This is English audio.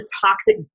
toxic